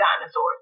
dinosaurs